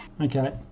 Okay